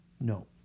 No